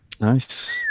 Nice